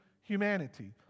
humanity